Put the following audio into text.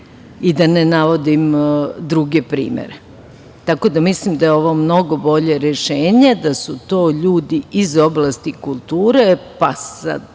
i da ne navodim druge primere. Tako da mislim da je ovo mnogo bolje rešenje, da su to ljudi iz oblasti kulture, pa sad